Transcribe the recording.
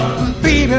Baby